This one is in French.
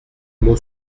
mot